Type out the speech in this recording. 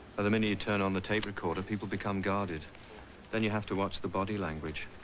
the minute you turn on the tape recorder people become guarded then you have to watch the body language